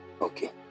okay